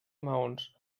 maons